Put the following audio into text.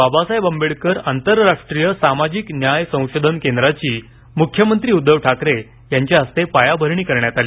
बाबासाहेब आंबेडकर आंतरराष्ट्रीय सामाजिक न्याय संशोधन केंद्राची मुख्यमंत्री उद्घव ठाकरे यांच्या हस्ते पायाभरणी करण्यात आली